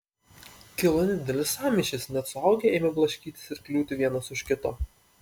kilo nedidelis sąmyšis net suaugę ėmė blaškytis ir kliūti vienas už kito